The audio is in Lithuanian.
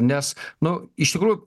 nes nu iš tikrųjų